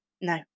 No